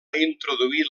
introduir